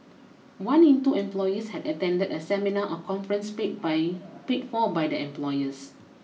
one in two employees had attended a seminar or conference paid by paid for by their employers